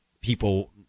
people